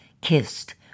kissed